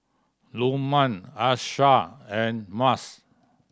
Lukman Aishah and Mas